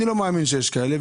אני לא מאמין שיש כאלה,